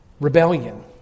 Rebellion